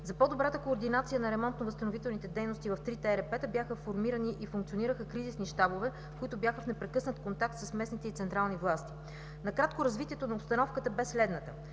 За по-добрата координация на ремонтно-възстановителните дейности в трите ЕРП-та бяха формирани и функционираха кризисни щабове, които бяха в непрекъснат контакт с местните и централни власти. Накратко, развитието на обстановката бе следното.